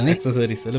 Accessories